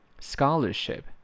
Scholarship